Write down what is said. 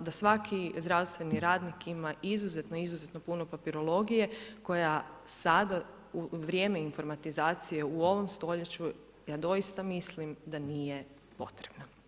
da svaki zdravstveni radnik ima izuzetno, izuzetno puno papirologije koja sada u vrijeme informatizacije u ovom stoljeću, ja doista mislim da nije potrebna.